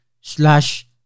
slash